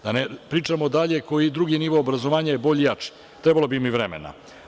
Da ne pričamo dalje koji je drugi nivo obrazovanja bolji i jači, trebalo bi mi vremena.